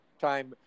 time